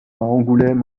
angoulême